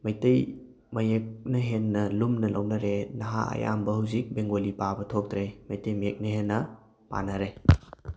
ꯃꯩꯇꯩ ꯃꯌꯦꯛꯅ ꯍꯦꯟꯅ ꯂꯨꯝꯅ ꯂꯧꯅꯔꯦ ꯅꯍꯥ ꯑꯌꯥꯝꯕ ꯍꯧꯖꯤꯛ ꯕꯦꯡꯒꯣꯂꯤ ꯄꯥꯕ ꯊꯣꯛꯇ꯭ꯔꯦ ꯃꯩꯇꯩ ꯃꯌꯦꯛꯅ ꯍꯦꯟꯅ ꯄꯥꯅꯔꯦ